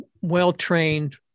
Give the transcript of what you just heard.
well-trained